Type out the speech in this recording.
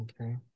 okay